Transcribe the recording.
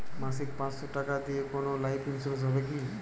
মাসিক পাঁচশো টাকা দিয়ে কোনো লাইফ ইন্সুরেন্স হবে কি?